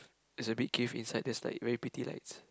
there's a big cave inside there's like very pretty lights